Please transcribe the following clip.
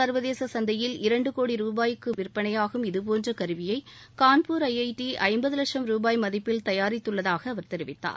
சர்வதேச சந்தையில் இரண்டு கோடி ருபாய்க்கு விற்பனையாகும் இதபோன்ற கருவியை கான்பூர் ஐஐடி ஐம்பது வட்சம் ரூபாய் மதிப்பில் தயாரித்துள்ளதாக அவர் தெரிவித்தார்